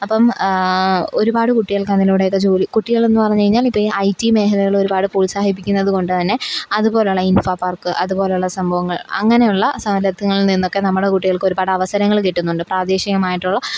അപ്പം ഒരുപാട് കുട്ടികൾക്ക് അതിലൂടെയൊക്കെ ജോലി കുട്ടികളെന്നു പറഞ്ഞു കഴിഞ്ഞാൽ ഇപ്പം ഈ ഐ റ്റി മേഘലകൾ ഒരുപാട് പ്രോത്സാഹിപ്പിക്കുന്നതു കൊണ്ട് തന്നെ അതുപോലെയുള്ള ഇൻഫോ പാർക്ക് അതുപോലെയുള്ള സംഭവങ്ങൾ അങ്ങനെ ഉള്ള സൗരഭ്യങ്ങളിൽ നിന്നൊക്കെ നമ്മുടെ കുട്ടികൾക്ക് ഒരുപാട് അവസരങ്ങൾ കിട്ടുന്നുണ്ട് പ്രാദേശികമായിട്ടുള്ള